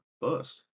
bust